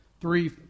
three